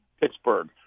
Pittsburgh